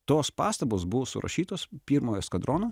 tos pastabos buvo surašytos pirmo eskadrono